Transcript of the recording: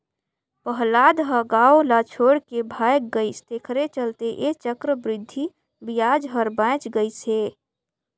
पहलाद ह गाव ल छोएड के भाएग गइस तेखरे चलते ऐ चक्रबृद्धि बियाज हर बांएच गइस हे